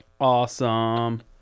Awesome